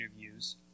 interviews